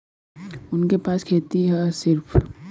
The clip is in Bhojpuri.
उनके पास खेती हैं सिर्फ